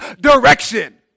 direction